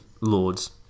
lords